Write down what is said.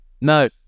No